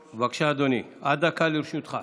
בבקשה, אדוני, עד דקה לרשותך.